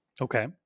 Okay